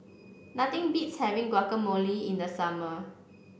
nothing beats having Guacamole in the summer